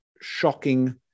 shocking